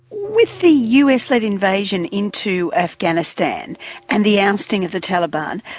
with the us-led invasion into afghanistan and the ousting of the taliban,